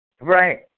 Right